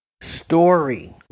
story